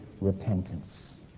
repentance